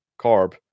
carb